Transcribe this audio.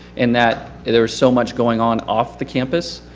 in that there was so much going on off the campus.